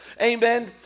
amen